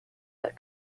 that